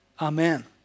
Amen